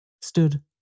stood